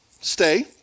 stay